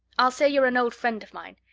i'll say you're an old friend of mine.